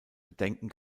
bedenken